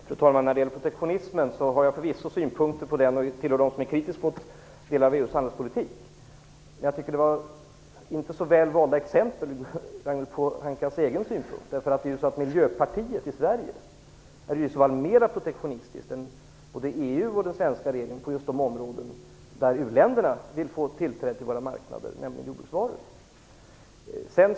Fru talman! Jag har förvisso synpunkter på protektionismen. Jag tillhör också dem som är kritiska mot delar av EU:s handelspolitik. Men jag tycker inte att de exempel Ragnhild Pohanka tog upp var så väl valda ur hennes egen synpunkt. Miljöpartiet i Sverige är ju i så fall mer protektionistiskt än både EU och den svenska regeringen på just de områden där uländerna vill få tillträde till våra marknader, nämligen i fråga om jordbruksvarorna.